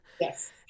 yes